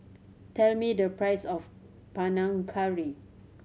tell me the price of Panang Curry